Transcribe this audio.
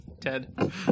Ted